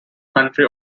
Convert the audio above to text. country